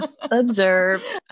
Observed